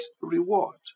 reward